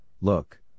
Look